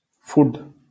food